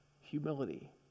humility